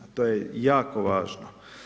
To je jako važno.